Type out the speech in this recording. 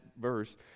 verse